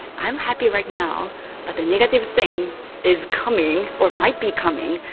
i'm happy right now but the negative thing is coming, or might be coming,